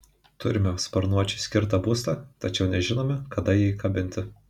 turime sparnuočiui skirtą būstą tačiau nežinome kada jį kabinti